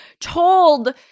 told